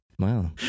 Wow